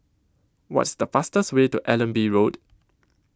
What IS The fastest Way to Allenby Road